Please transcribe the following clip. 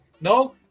No